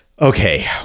okay